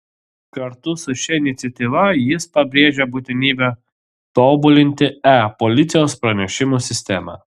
kartu su šia iniciatyva jis pabrėžia būtinybę tobulinti e policijos pranešimų sistemą